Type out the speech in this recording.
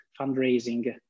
fundraising